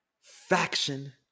faction